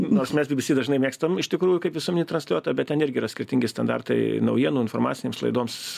nors mes bibisi dažnai mėgstam iš tikrųjų kaip visuomį transliuotoją bet ten irgi yra skirtingi standartai naujienų informacinėms laidoms